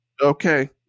Okay